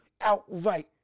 outright